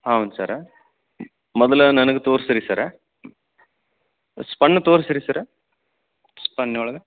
ಹೌದು ಸರ್ ಮೊದಲು ನನಗೆ ತೋರಿಸ್ರೀ ಸರ್ ಸ್ಪನ್ ತೋರಿಸ್ರಿ ಸರ್ ಸ್ಪನ್ ಒಳಗೆ